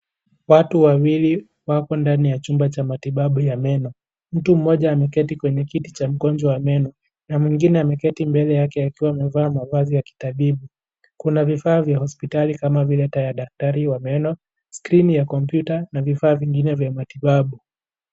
Watu wawili wapo ndani ya chumba cha matibabu ya meno mtu mmoja ameketi kwenye kiti cha mgonjwa wa meno na mwingine ameketi mbele yake akivaa mavazi ya kitabibu kuna vifaa vya hosiptali kama vile vya daktari meno ,screen ya kompyuta na vifaa vingine vya matibabu.